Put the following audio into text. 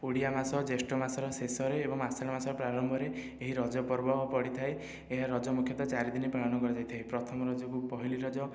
ଓଡ଼ିଆ ମାସ ଜ୍ୟେଷ୍ଠ ମାସର ଶେଷରେ ଏବଂ ଆଷାଢ ମାସର ପ୍ରାରମ୍ଭରେ ଏହି ରଜ ପର୍ବ ପଡ଼ିଥାଏ ଏହା ରଜ ମୁଖ୍ୟତଃ ଚାରି ଦିନ ପାଳନ କରାଯାଇଥାଏ ପ୍ରଥମ ରଜକୁ ପହିଲି ରଜ